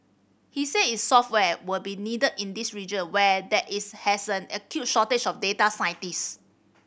he said its software will be needed in this region where there is has an acute shortage of data scientist